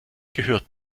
gehört